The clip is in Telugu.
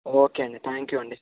ఓకే అండి థ్యాంక్ యు అండి